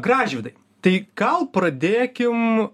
gražvydai tai gal pradėkim